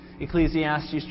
Ecclesiastes